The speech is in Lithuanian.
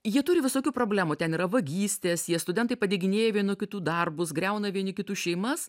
jie turi visokių problemų ten yra vagystės jie studentai padeginėja vienu kitų darbus griauna vieni kitų šeimas